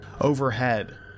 overhead